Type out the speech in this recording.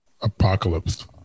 Apocalypse